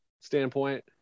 standpoint